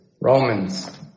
Romans